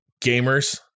gamers